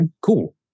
cool